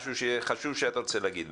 משהו חשוב שאתה רוצה להגיד.